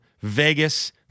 Vegas